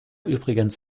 übrigens